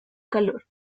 calor